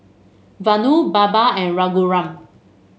Vanu Baba and Raghuram